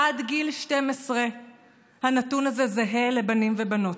עד גיל 12 הנתון הזה זהה לבנים ולבנות.